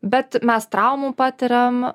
bet mes traumų patariam